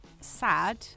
sad